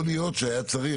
יכול להיות שהיה צריך,